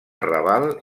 raval